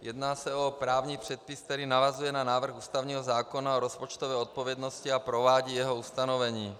Jedná se o právní předpis, který navazuje na návrh ústavního zákona o rozpočtové odpovědnosti a provádí jeho ustanovení.